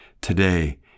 today